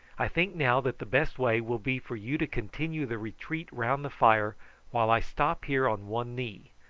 i think now that the best way will be for you to continue the retreat round the fire while i stop here on one knee.